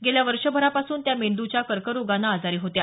गेल्या वर्षभरापासून त्या मेंद्रच्या कर्करोगानं आजारी होत्या